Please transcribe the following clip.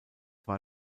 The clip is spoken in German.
war